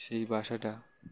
সেই বাসাটা